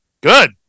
Good